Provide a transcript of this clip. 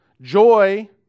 joy